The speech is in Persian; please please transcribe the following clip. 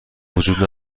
وجود